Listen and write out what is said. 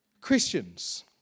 Christians